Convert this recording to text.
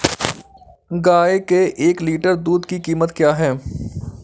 गाय के एक लीटर दूध की कीमत क्या है?